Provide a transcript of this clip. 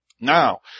Now